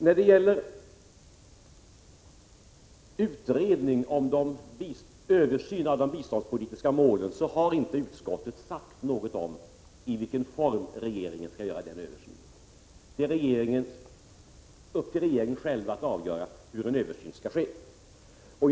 När det gäller frågan om översyn av de biståndspolitiska målen har utskottsmajoriteten inte sagt något om i vilken form regeringen skall göra denna översyn. Det är upp till regeringen själv att avgöra hur en översyn skall göras.